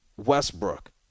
Westbrook